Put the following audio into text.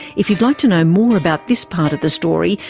if you'd like to know more about this part of the story,